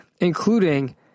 including